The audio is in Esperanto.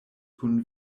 kun